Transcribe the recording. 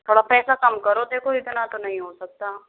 थोड़ा पैसा कम करो देखो इतना तो नहीं हो सकता